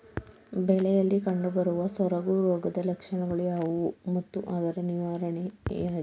ಬೆಳೆಯಲ್ಲಿ ಕಂಡುಬರುವ ಸೊರಗು ರೋಗದ ಲಕ್ಷಣಗಳು ಯಾವುವು ಮತ್ತು ಅದರ ನಿವಾರಣೆ ಹೇಗೆ?